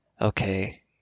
Okay